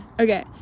Okay